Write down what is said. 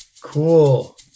Cool